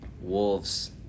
Wolves